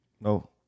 no